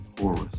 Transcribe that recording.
Horus